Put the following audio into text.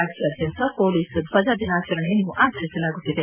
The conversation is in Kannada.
ರಾಜ್ಯಾದ್ಯಂತ ಮೊಲೀಸ್ ಧ್ವಜ ದಿನಾಚರಣೆಯನ್ನು ಆಚರಿಸಲಾಗುತ್ತಿದೆ